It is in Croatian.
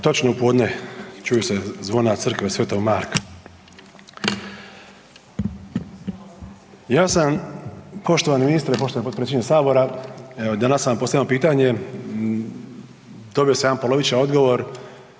Točno u podne, čuju se zvona crkve Sv.Marka. Ja sam poštovani ministre, poštovani potpredsjedniče sabora evo i danas sam postavio jedno pitanje, dobio sam jedan polovičan odgovor,